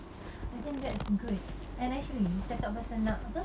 I think that's good and actually cakap pasal nak